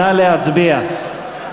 נא להצביע.